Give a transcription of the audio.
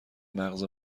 مغز